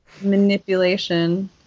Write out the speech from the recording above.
Manipulation